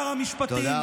שר המשפטים,